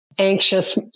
anxious